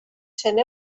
cent